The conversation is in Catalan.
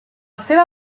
seva